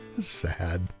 Sad